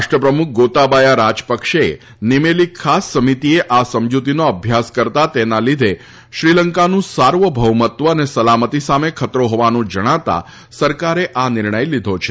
રાષ્ટ્રપ્રમુખ ગોતાબાયા રાજપક્ષેએ નિમેલી ખાસ સમિતિએ આ સમજૂતીનો અભ્યાસ કરતા તેના લીધે શ્રીલંકાનું સાર્વભૌમત્વ અને સલામતી સામે ખતરો હોવાનું જણાતા સરકારે આ નિર્ણય લીધો છે